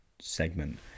segment